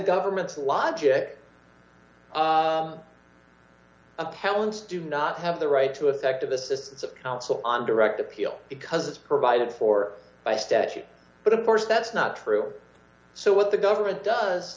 government to logic appellants do not have the right to effective assistance of counsel on direct appeal because it's provided for by statute but of course that's not true so what the government does